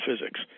physics